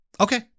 Okay